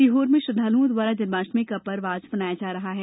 सीहोर में श्रद्वालुओं द्वारा जन्माष्टमी का पर्व आज मनाया जा रहा है